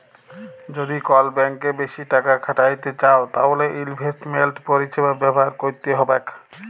যদি কল ব্যাংকে বেশি টাকা খ্যাটাইতে চাউ তাইলে ইলভেস্টমেল্ট পরিছেবা ব্যাভার ক্যইরতে হ্যবেক